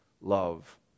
love